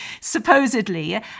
supposedly